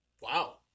Wow